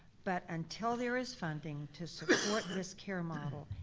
but until there is funding to support this care model,